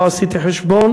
לא עשיתי חשבון,